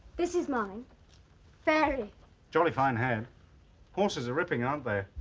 this is mine fairy jolly fine hand horses are ripping aren't they?